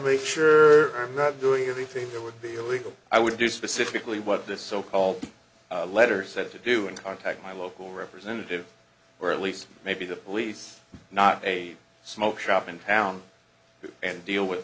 make sure i'm not doing everything it would be illegal i would do specifically what this so called letter said to do and contact my local representative or at least maybe the police not a smoke shop in town and deal with